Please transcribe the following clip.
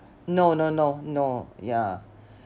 no no no no yeah